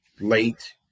late